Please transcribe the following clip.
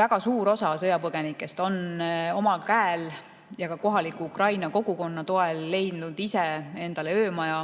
Väga suur osa sõjapõgenikest on omal käel ja ka kohaliku ukraina kogukonna toel leidnud ise endale öömaja